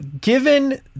given